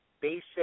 basic